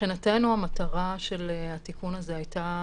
מבחינתנו המטרה של התיקון הזה הייתה